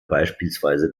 beispielsweise